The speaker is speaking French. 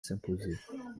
s’imposaient